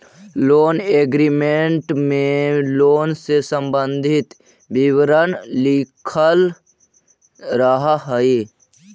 loan agreement में loan से संबंधित विवरण लिखल रहऽ हई